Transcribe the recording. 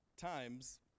times